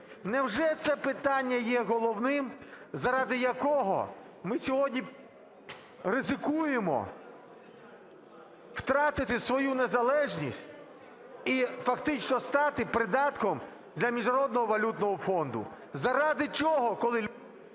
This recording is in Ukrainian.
Невже це питання є головним, заради якого ми сьогодні ризикуємо втратити свою незалежність і фактично стати придатком для Міжнародного валютного фонду.